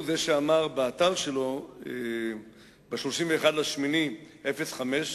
והוא שאמר באתר שלו ב-31 באוגוסט 2005,